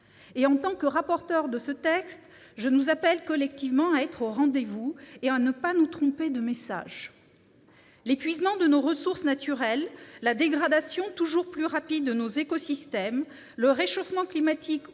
En tant que rapporteure de ce texte, je nous appelle collectivement à être au rendez-vous et à ne pas nous tromper de message. L'épuisement de nos ressources naturelles, la dégradation toujours plus rapide de nos écosystèmes, le réchauffement climatique, ou